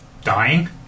dying